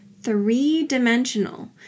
three-dimensional